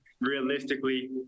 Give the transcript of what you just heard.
realistically